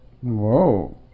whoa